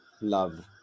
love